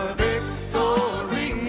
victory